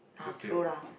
ah true lah